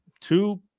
two